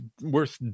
worth